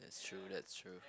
that's true that's true